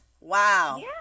wow